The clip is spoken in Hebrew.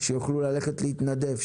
שיוכלו ללכת להתנדב,